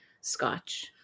scotch